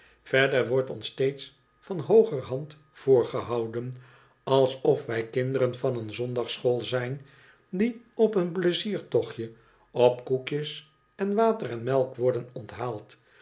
verder wordt ons steeds van hooger hand voorgehouden alsof wij kinderen van een zondagsschool zijn die op een pleiziertochtje op koekjes en water enmelk worden onthaald